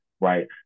right